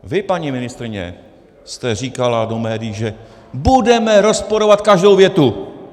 Vy, paní ministryně, jste říkala do médií: Budeme rozporovat každou větu.